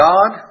God